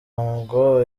ngo